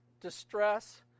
distress